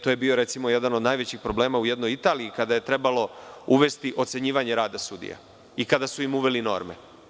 To je bio recimo jedna od najvećih problema u jednoj Italiji kada je trebalo uvesti ocenjivanje rada sudija i kada su im uveli norme.